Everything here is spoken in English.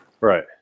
Right